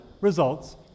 results